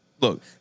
Look